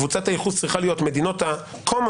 קבוצת הייחוס צריכה להיות מדינות ה-קומן